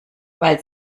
weil